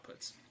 outputs